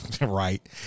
right